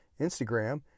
Instagram